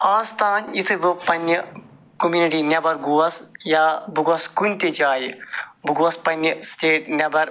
آز تام یُتھُے بہٕ پنٛنہِ کوٚمنِٹی نیٚبر گوس یا بہٕ گوس کُنہِ تہِ جایہِ بہٕ گوس پنٛنہِ سٹیٹ نیٚبر